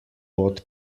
pot